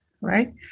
right